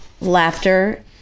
Laughter